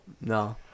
No